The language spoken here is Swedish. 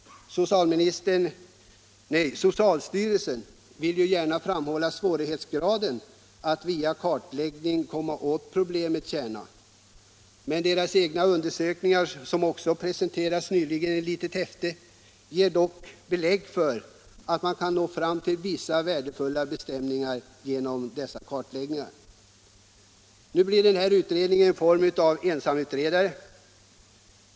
Socialstyrelsen vill ju gärna framhålla svårigheten att via kartläggning komma åt problemets kärna, men dess egna undersökningar, som också presenterats nyligen i ett litet häfte, ger belägg för att man nått fram till vissa värdefulla bestämningar genom dessa kartläggningar. Nu kommer den här utredningen till stånd i form av ett enmansuppdrag.